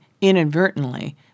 inadvertently